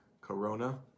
corona